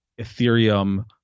Ethereum